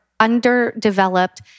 underdeveloped